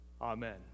amen